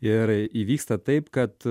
ir įvyksta taip kad